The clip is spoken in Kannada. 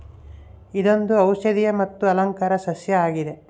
ಇದೊಂದು ಔಷದಿಯ ಮತ್ತು ಅಲಂಕಾರ ಸಸ್ಯ ಆಗಿದೆ